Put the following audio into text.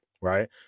right